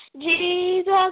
Jesus